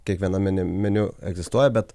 kiekviename meniu egzistuoja bet